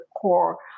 core